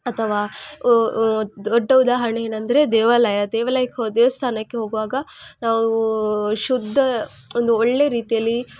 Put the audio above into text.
ಅಥವಾ ದೊಡ್ಡ ಉದಾಹರಣೆ ಏನೆಂದ್ರೆ ದೇವಾಲಯ ದೇವಾಲಯಕ್ಕೋ ದೇವಸ್ಥಾನಕ್ಕೆ ಹೋಗುವಾಗ ನಾವು ಶುದ್ದ ಒಂದು ಒಳ್ಳೆ ರೀತಿಯಲ್ಲಿ